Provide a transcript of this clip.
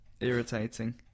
irritating